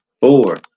four